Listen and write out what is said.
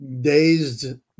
dazed